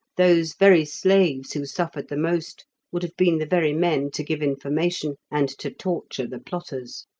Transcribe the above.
those very slaves who suffered the most would have been the very men to give information, and to torture the plotters.